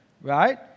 right